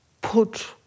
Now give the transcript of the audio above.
put